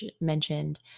mentioned